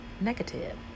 Negative